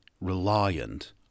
Reliant